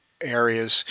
areas